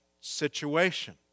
situation